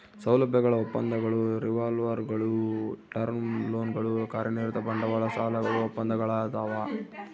ಸೌಲಭ್ಯಗಳ ಒಪ್ಪಂದಗಳು ರಿವಾಲ್ವರ್ಗುಳು ಟರ್ಮ್ ಲೋನ್ಗಳು ಕಾರ್ಯನಿರತ ಬಂಡವಾಳ ಸಾಲಗಳು ಒಪ್ಪಂದಗಳದಾವ